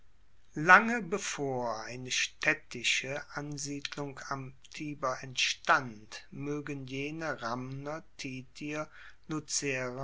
lange bevor eine staedtische ansiedlung am tiber entstand moegen jene ramner